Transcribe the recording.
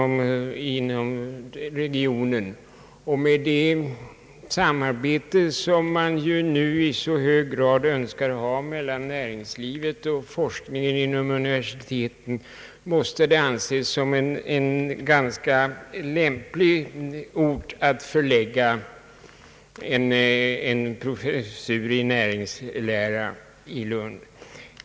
Med det samarbete, som man ju i så hög grad önskar ha mellan näringslivet och forskningen inom universiteten, måste det anses ganska lämpligt att förlägga en professur i näringslära i Lund.